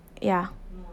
yeah